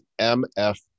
MF